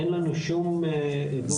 אין לנו שום עדות.